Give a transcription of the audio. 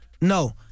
No